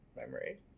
memory